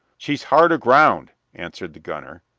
she's hard aground! answered the gunner.